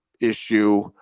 issue